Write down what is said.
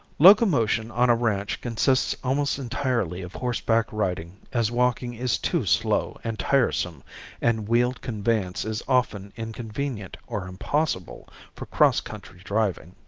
locomotion on a ranch consists almost entirely of horseback riding as walking is too slow and tiresome and wheeled conveyance is often inconvenient or impossible for cross-country driving.